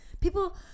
People